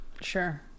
Sure